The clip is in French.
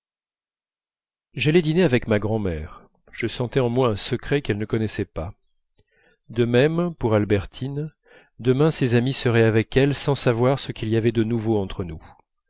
j'allai dîner avec ma grand'mère je sentais en moi un secret qu'elle ne connaissait pas de même pour albertine demain ses amies seraient avec elle sans savoir ce qu'il y avait de nouveau entre nous